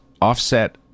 offset